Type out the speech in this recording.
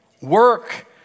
Work